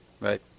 Right